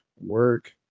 work